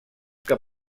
que